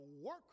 work